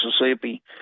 Mississippi